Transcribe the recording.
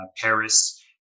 Paris